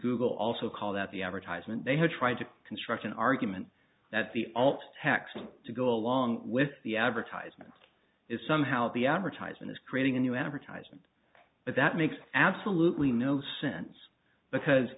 google also called that the advertisement they have tried to construct an argument that the alt text to go along with the advertisement is somehow the advertising is creating a new advertisement but that makes absolutely no sense because